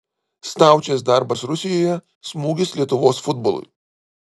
staučės darbas rusijoje smūgis lietuvos futbolui